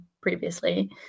previously